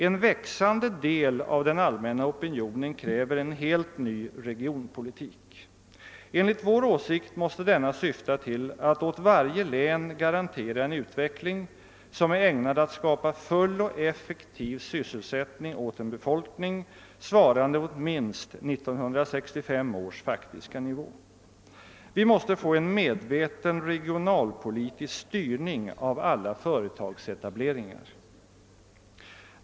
En växande del av den allmänna opinionen kräver en helt ny regionpolitik. Enligt vår åsikt måste denna syfta till att åt varje län garantera en utveckling som är ägnad att skapa full och effektiv sysselsättning åt en befolkning svarande mot minst 1965 års faktiska nivå. Vi måste få en medveten regionalpolitisk styrning av alla företagsetableringar.